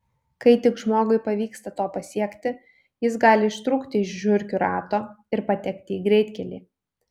kai tik žmogui pavyksta to pasiekti jis gali ištrūkti iš žiurkių rato ir patekti į greitkelį